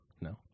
no